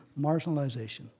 marginalization